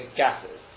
gases